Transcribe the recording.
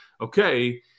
okay